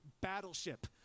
battleship